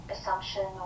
assumption